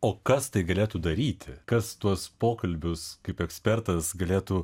o kas tai galėtų daryti kas tuos pokalbius kaip ekspertas galėtų